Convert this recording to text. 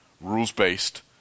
rules-based